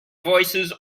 voices